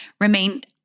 remained